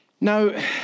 Now